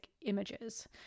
images